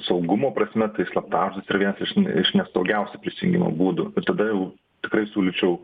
saugumo prasme tai slaptažodis yra vienas iš iš nesaugiausių prisijungimo būdų ir tada jau tikrai siūlyčiau